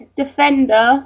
defender